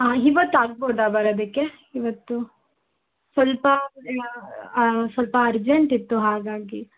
ಹಾಂ ಇವತ್ತಾಗ್ಬೋದ ಬರೋದಕ್ಕೆ ಇವತ್ತು ಸ್ವಲ್ಪ ಸ್ವಲ್ಪ ಅರ್ಜೆಂಟಿತ್ತು ಹಾಗಾಗಿ